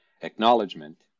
acknowledgement